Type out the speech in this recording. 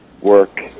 work